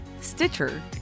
Stitcher